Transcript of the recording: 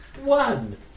One